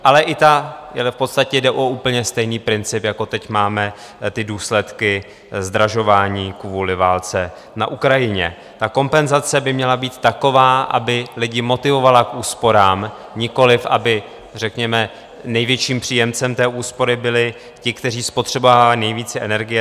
Ale i ta v podstatě jde o úplně stejný princip, jako teď máme důsledky zdražování kvůli válce na Ukrajině ta kompenzace by měla být taková, aby lidi motivovala k úsporám, nikoliv aby řekněme největším příjemcem úspory byli ti, kteří spotřebovávají nejvíce energie.